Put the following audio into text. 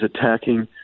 attacking